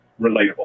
relatable